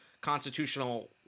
constitutional